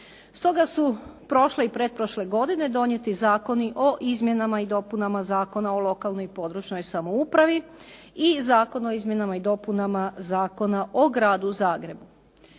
Stoga su prošle i pretprošle godine donijeti Zakoni o izmjenama i dopunama Zakona o lokalnoj i područnoj samoupravi i Zakon o izmjenama i dopunama Zakona o Gradu Zagrebu.